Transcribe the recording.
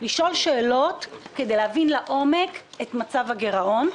לשאול שאלות, כדי להבין לעומק את מצב הגרעון.